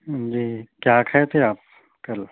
جی کیا کھائے تھے آپ کل